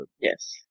Yes